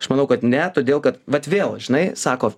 aš manau kad ne todėl kad vat vėl žinai sako